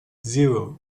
zero